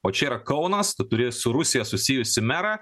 o čia yra kaunas tu turi su rusija susijusį merą